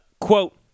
Quote